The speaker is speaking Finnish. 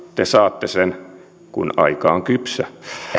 te saatte sen kun aika on kypsä